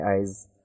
eyes